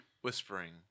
whispering